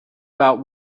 about